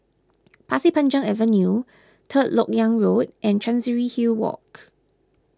Pasir Panjang Avenue Third Lok Yang Road and Chancery Hill Walk